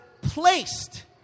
placed